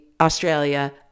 Australia